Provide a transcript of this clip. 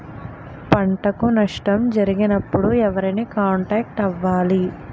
పంటకు నష్టం జరిగినప్పుడు ఎవరిని కాంటాక్ట్ అవ్వాలి?